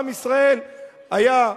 עם ישראל היה,